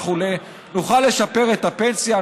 נוכל לשפר את הפנסיה,